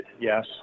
yes